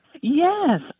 Yes